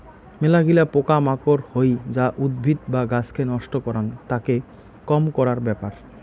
মেলাগিলা পোকা মাকড় হই যা উদ্ভিদ বা গাছকে নষ্ট করাং, তাকে কম করার ব্যাপার